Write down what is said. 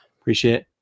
Appreciate